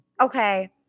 Okay